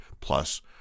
plus